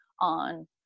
on